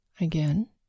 again